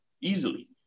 easily